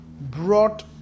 brought